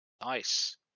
Nice